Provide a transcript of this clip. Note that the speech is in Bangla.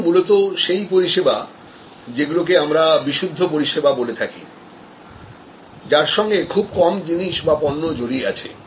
এগুলো মূলত সেই পরিষেবা যেগুলোকে আমরা বিশুদ্ধ পরিষেবা বলে থাকি যার সঙ্গে খুব কম জিনিস বা পণ্য জড়িয়ে আছে